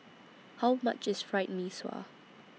How much IS Fried Mee Sua